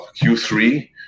Q3